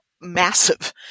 massive